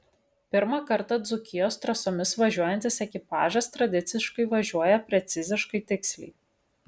pirmą kartą dzūkijos trasomis važiuojantis ekipažas tradiciškai važiuoja preciziškai tiksliai